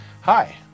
Hi